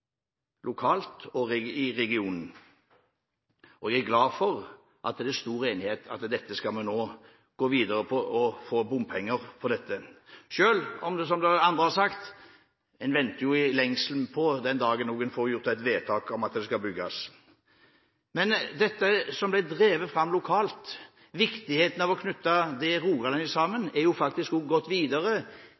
lokalt og regionalt. Jeg er glad for at det er stor enighet om at vi nå skal gå videre med å få bompenger til dette, selv om – som også andre har sagt – en venter i lengsel på den dagen det blir fattet et vedtak om at det skal bygges. Dette som har blitt drevet fram lokalt – viktigheten av å knytte rogalendingene sammen – er jo